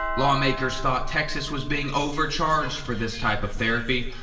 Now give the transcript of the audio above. lawmakers thought texas was being overcharged for this type of therapy.